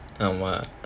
ஆமா:aaama